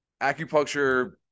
acupuncture